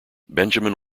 benjamin